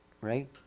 right